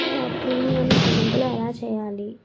premium చెల్లింపులు ఎలా చెయ్యాలి